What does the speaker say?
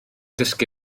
dysgu